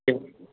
एवं